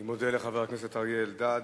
אני מודה לחבר הכנסת אריה אלדד.